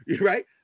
right